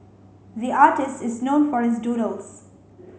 the artist is known for his doodles